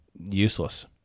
useless